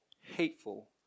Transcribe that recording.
hateful